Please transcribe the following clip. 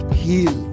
heal